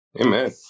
Amen